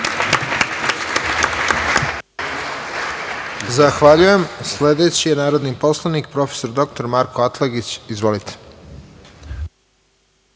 Zahvaljujem. Sledeći je narodni poslanik prof. dr Marko Atlagić. Izvolite.